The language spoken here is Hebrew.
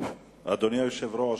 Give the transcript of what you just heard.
אדוני היושב-ראש,